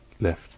left